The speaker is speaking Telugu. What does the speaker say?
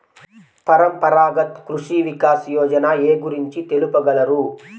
పరంపరాగత్ కృషి వికాస్ యోజన ఏ గురించి తెలుపగలరు?